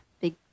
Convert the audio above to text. big